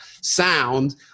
sound